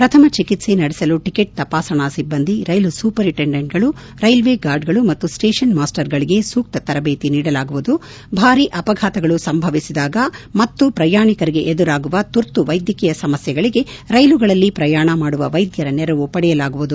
ಪ್ರಥಮ ಚಿಕಿತ್ಸೆ ನಡೆಸಲು ಟಿಕೆಟ್ ತಪಾಸಣಾ ಸಿಬ್ಬಂದಿ ರೈಲು ಸೂಪರಿಂಟೆಂಡೆಂಟ್ಗಳು ರೈಲ್ವೆ ಗಾರ್ಡ್ಗಳು ಮತ್ತು ಸ್ಟೇಷನ್ ಮಾಸ್ಪರ್ಗಳಿಗೆ ಸೂಕ್ತ ತರಬೇತಿ ನೀಡಲಾಗುವುದ ಭಾರೀ ಅಪಘಾತಗಳು ಸಂಭವಿಸಿದಾಗ ಮತ್ತು ಪ್ರಯಾಣಿಕರಿಗೆ ಎದುರಾಗುವ ತುರ್ತು ವೈದ್ಯಕೀಯ ಸಮಸ್ನೆಗಳಿಗೆ ರೈಲುಗಳಲ್ಲಿ ಪ್ರಯಾಣ ಮಾಡುವ ವೈದ್ಯರ ನೆರವು ಪಡೆಯಲಾಗುವುದು